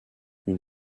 une